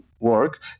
work